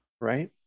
Right